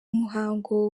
muhango